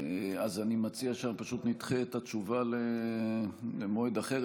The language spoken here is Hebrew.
אז אני מציע שפשוט נדחה את התשובה למועד אחר,